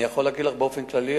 אני יכול להגיד לך באופן כללי,